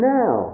now